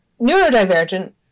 neurodivergent